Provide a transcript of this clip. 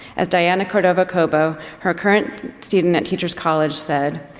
as diana cordova-cobo, her current student at teachers college said,